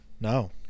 No